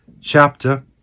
chapter